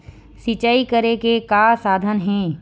सिंचाई करे के का साधन हे?